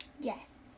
Yes